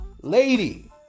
Lady